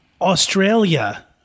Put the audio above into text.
Australia